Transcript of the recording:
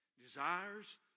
desires